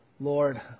Lord